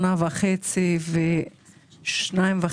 שנה וחצי ו-2.5,